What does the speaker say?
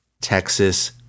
Texas